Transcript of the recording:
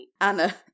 Anna